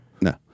No